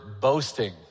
boasting